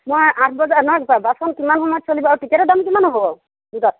মই আঠবজা নহয় বাছখন কিমান সময়ত চলিব আৰু টিকেটৰ দাম কিমান হ'ব বাৰু দুটাত